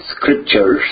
scriptures